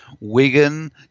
Wigan